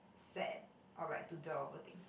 sad or like to dwell over things